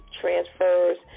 transfers